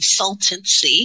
consultancy